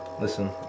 Listen